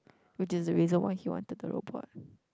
which is the reason why he wanted the robot